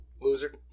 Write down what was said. Loser